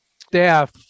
staff